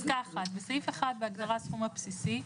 בסעיף 1, בהגדרה "הסכום הבסיסי",